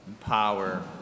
power